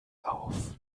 auf